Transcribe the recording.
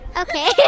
Okay